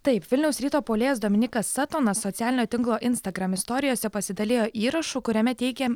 taip vilniaus ryto puolėjas dominykas setonas socialinio tinklo instagram istorijose pasidalijo įrašu kuriame teigia